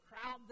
crowd